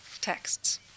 texts